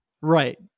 Right